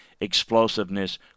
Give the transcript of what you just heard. explosiveness